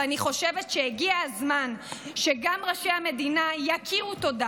ואני חושבת שהגיע הזמן שגם ראשי המדינה יכירו תודה